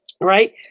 right